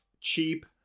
cheap